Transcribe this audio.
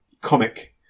comic